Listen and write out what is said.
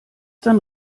dann